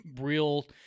real